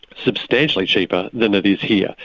substantially cheaper than it is here.